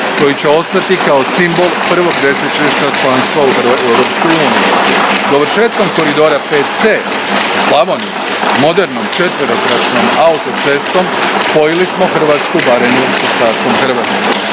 koji će ostati kao simbol prvog desetljeća članstva u Europskoj uniji. Dovršetkom koridora Vc u Slavoniji, modernom četvero tračnom autocestom spojili smo hrvatsku Baranju s ostatkom Hrvatske.